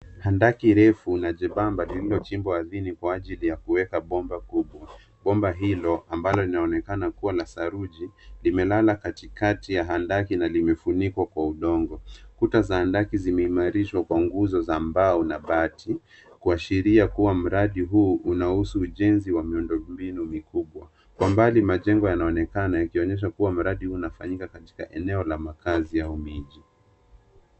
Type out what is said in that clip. Handaki refu na jembamba lililochimbwa ardhini kwa ajili ya kuweka bomba kubwa. Bomba hilo ambalo linaonekana kuwa na saruji limelala katikati ya handaki na limefunikwa kwa udongo. Kuta za handaki zimeimarishwa kwa nguzo za mbao na bati kuashiria kuwa mradi huu unahusu ujenzi wa miundombinu mikubwa. Kwa mbali majengo yanaonekana yakionyesha kuwa mradi huu unafanyika katika eneo la makazi au miji.